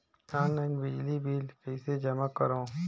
Online बिजली bill कइसे जमा करव?